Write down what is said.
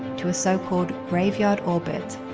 to a so-called graveyard orbit.